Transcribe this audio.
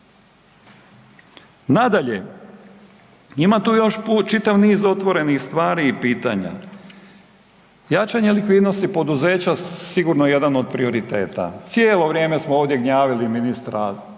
Nadalje, imam tu još čitav niz otvorenih stvari i pitanja. Jačanje likvidnosti poduzeća sigurno je jedan od prioriteta. Cijelo vrijeme smo ovdje gnjavili ministra